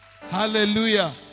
Hallelujah